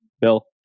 Bill